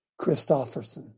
Christofferson